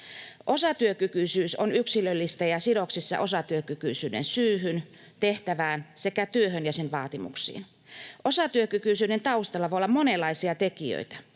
Osatyökykyisyys on yksilöllistä ja sidoksissa osatyökykyisyyden syyhyn, tehtävään sekä työhön ja sen vaatimuksiin. Osatyökykyisyyden taustalla voi olla monenlaisia tekijöitä.